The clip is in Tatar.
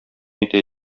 итә